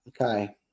okay